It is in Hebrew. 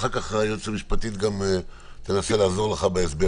ואחר כך היועצת המשפטית גם תנסה לעזור לך בהסבר.